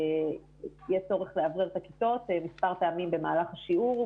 יהיה צורך לאוורר את הכיתות מספר פעמים במהלך השיעור.